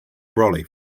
brolly